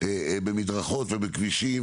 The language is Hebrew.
במדרכות ובכבישים